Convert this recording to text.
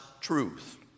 truth